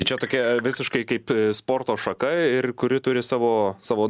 tai čia tokia visiškai kaip sporto šaka ir kuri turi savo savo